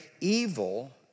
evil